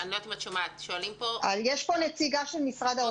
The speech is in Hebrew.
יש פה נציגה של משרד האוצר.